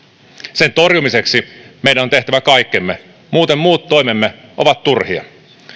sen torjumiseksi meidän on tehtävä kaikkemme muuten muut toimemme ovat turhia